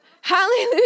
Hallelujah